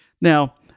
Now